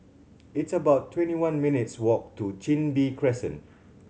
it's about twenty one minutes' walk to Chin Bee Crescent